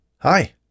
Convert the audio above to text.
Hi